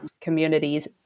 communities